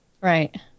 Right